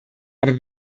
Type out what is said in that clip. aber